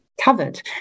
covered